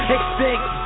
Extinct